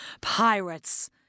Pirates